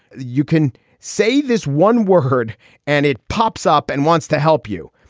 you can say this one word and it pops up and wants to help you.